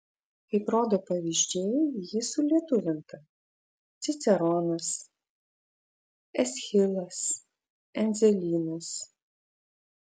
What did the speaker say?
kaip rodo pavyzdžiai ji sulietuvinta ciceronas eschilas endzelynas